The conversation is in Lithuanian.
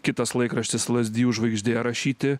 kitas laikraštis lazdijų žvaigždė rašyti